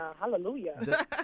Hallelujah